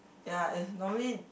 ya is normally